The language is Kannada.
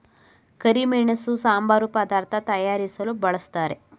ಕರಿಮೆಣಸು ಸಾಂಬಾರು ಪದಾರ್ಥ ತಯಾರಿಸಲು ಬಳ್ಸತ್ತರೆ